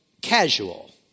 casual